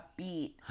upbeat